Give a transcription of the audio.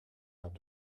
have